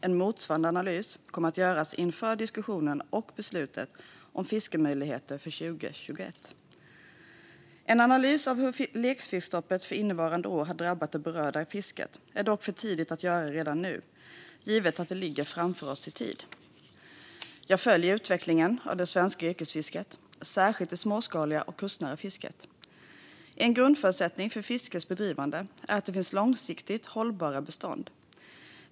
En motsvarande analys kommer att göras inför diskussionen och beslutet om fiskemöjligheterna för 2021. En analys av hur lekfiskestoppet för innevarande år har drabbat det berörda fisket är det dock för tidigt att göra redan nu, givet att det ligger framför oss i tid. Jag följer utvecklingen av det svenska yrkesfisket, särskilt det småskaliga och kustnära fisket. En grundförutsättning för fiskets bedrivande är att det finns långsiktigt hållbara bestånd.